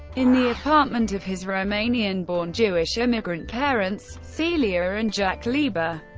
in the apartment of his romanian-born jewish immigrant parents, celia and jack lieber,